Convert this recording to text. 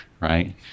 right